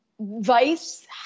VICE